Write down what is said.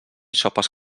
sopes